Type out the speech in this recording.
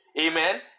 Amen